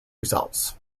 results